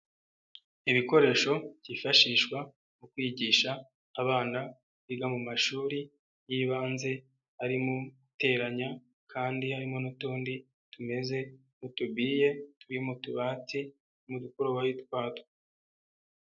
Ibikoresho byifashishwa mu kwigisha abana biga mu mashuri y'ibanze, arimo guteranya kandi harimo n'utundi tumeze nk'utubiye turi mu tubati mu dukoroboyi twatwo.